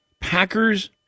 Packers